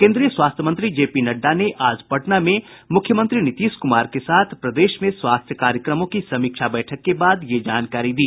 केन्द्रीय स्वास्थ्य मंत्री जेपी नड्डा ने आज पटना में मुख्यमंत्री नीतीश कुमार के साथ प्रदेश में स्वास्थ्य कार्यक्रमों की समीक्षा बैठक के बाद ये जानकारी दी